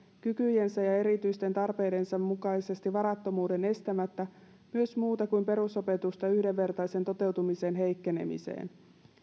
kykyjensä ja erityisten tarpeidensa mukaisesti varattomuuden estämättä myös muuta kuin perusopetusta yhdenvertaisen toteutumisen heikkenemiseen